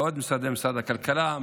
משרד הכלכלה,